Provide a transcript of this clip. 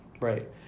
Right